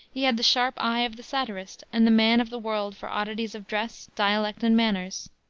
he had the sharp eye of the satirist and the man of the world for oddities of dress, dialect and manners.